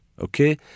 okay